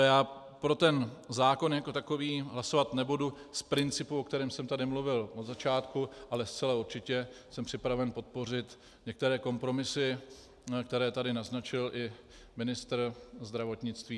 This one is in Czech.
Já pro ten zákon jako takový hlasovat nebudu z principu, o kterém jsem tady mluvil od začátku, ale zcela určitě jsem připraven podpořit některé kompromisy, které tady naznačil i ministr zdravotnictví.